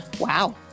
wow